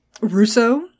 Russo